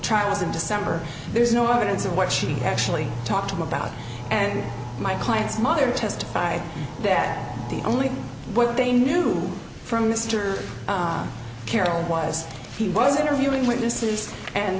trials in december there is no evidence of what she actually talked about and my client's mother testified that the only what they knew from mister carroll was he was interviewing witnesses and